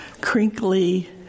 crinkly